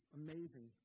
amazing